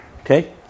Okay